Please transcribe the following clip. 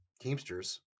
Teamsters